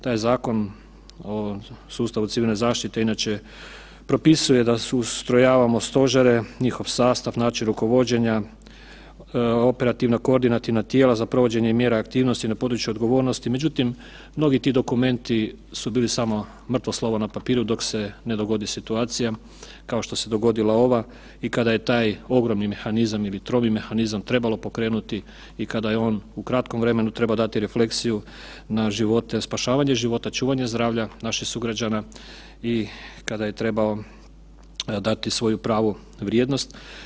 Taj Zakon o sustavu civilne zaštite inače propisuje da ustrojavamo stožere, njihov sastav, način rukovođenja, operativna koordinativna tijela za provođenje mjera aktivnosti na području odgovornosti, međutim mnogi ti dokumenti su bili samo mrtvo slovo na papiru dok se ne dogodi situacija kao što se dogodi ova i kada je taj ogromni mehanizam, krovni mehanizam trebalo pokrenuti i kada je on u kratkom vremenu trebao dati refleksiju na živote, spašavanje života, čuvanje zdravlja naših sugrađana i kada je trebao dati svoju pravu vrijednost.